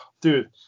dude